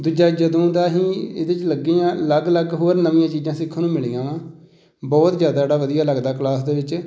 ਦੂਜਾ ਜਦੋਂ ਦਾ ਅਸੀਂ ਇਹਦੇ 'ਚ ਲੱਗੇ ਹਾਂ ਅਲੱਗ ਅਲੱਗ ਹੋਰ ਨਵੀਆਂ ਚੀਜ਼ਾਂ ਸਿੱਖਣ ਨੂੰ ਮਿਲੀਆਂ ਵਾ ਬਹੁਤ ਜ਼ਿਆਦਾ ਜਿਹੜਾ ਵਧੀਆ ਲੱਗਦਾ ਕਲਾਸ ਦੇ ਵਿੱਚ